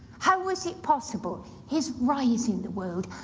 how is it possible, his rise in the world?